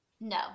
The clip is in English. No